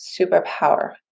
superpower